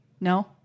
No